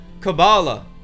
Kabbalah